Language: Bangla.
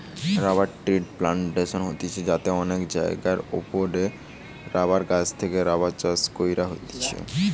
রবার ট্রির প্লানটেশন হতিছে যাতে অনেক জায়গার ওপরে রাবার গাছ থেকে রাবার চাষ কইরা হতিছে